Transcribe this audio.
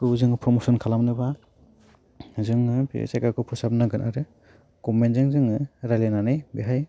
गुबै जोङो प्रम'शन खालामनोबा जोङो बे जायगाखौ फोसाबनांगोन आरो गभमेन्टजों जोङो रायलाइनानै बेहाय